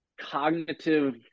cognitive